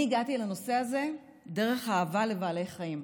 אני הגעתי אל הנושא הזה דרך האהבה לבעלי חיים.